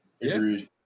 Agreed